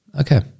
Okay